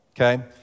okay